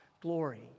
glory